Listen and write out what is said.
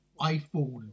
iPhone